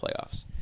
playoffs